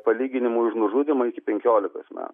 palyginimui už nužudymą iki penkiolikos metų